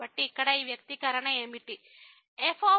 కాబట్టి ఇక్కడ ఈ వ్యక్తీకరణ 1 మరియు 1 మధ్య ఉంటుంది